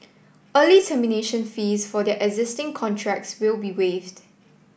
early termination fees for their existing contracts will be waived